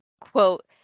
quote